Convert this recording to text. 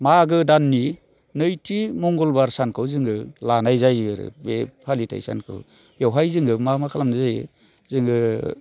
मागो दाननि नैथि मंगलबार सानखौ जोङो लानाय जायो आरो बे फालिथाय सानखौ बेवहाय जोङो मा मा खालामनाय जायो जोङो